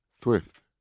Thrift